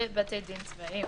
ובתי דין צבאיים.